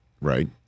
Right